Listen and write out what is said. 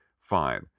Fine